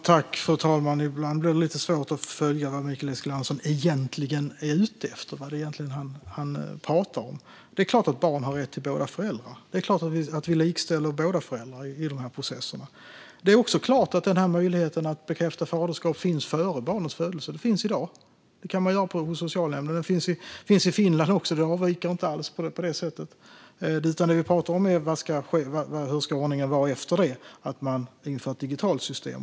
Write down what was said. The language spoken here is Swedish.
Fru talman! Ibland blir det lite svårt att följa vad Mikael Eskilandersson egentligen är ute efter och vad han egentligen talar om. Det är klart att barn har rätt till båda föräldrarna. Det är klart att vi likställer föräldrarna i dessa processer. Det är också klart att möjligheten att bekräfta faderskap finns före barnets födelse. Denna möjlighet finns i dag. Det kan man göra hos socialnämnden. Denna möjlighet finns i Finland också. Det avviker inte alls. Det som vi talar om är hur ordningen ska vara efter att man har infört ett digitalt system.